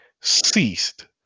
ceased